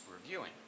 reviewing